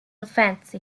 offence